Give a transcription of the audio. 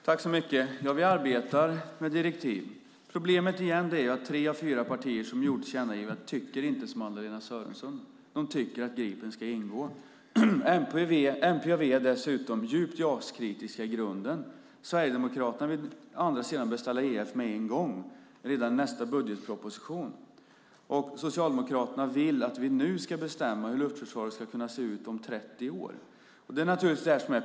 Fru talman! Vi arbetar med direktiv. Problemet är att tre av fyra partier som ligger bakom tillkännagivandet tycker inte som Anna-Lena Sörenson. De tycker att Gripen ska ingå. MP och V - å ena sidan - är dessutom djupt JAS-kritiska i grunden. Sverigedemokraterna vill - å andra sidan - beställa E/F med en gång, redan i nästa budgetproposition. Socialdemokraterna vill att vi nu ska bestämma hur luftförsvaret ska se ut om 30 år.